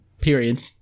period